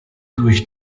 durch